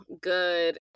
good